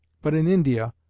but in india,